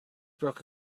broke